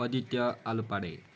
Aditya आलुपाँडे